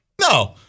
No